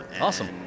Awesome